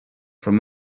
from